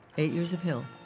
eight years of hill.